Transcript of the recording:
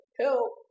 help